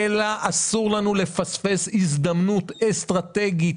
אלא אסור לנו לפספס הזדמנות אסטרטגית